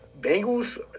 Bengals